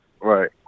Right